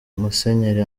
musenyeri